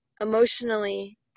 emotionally